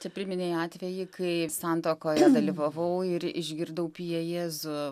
čia priminei atvejį kai santuokoje dalyvavau ir išgirdau pie jėzu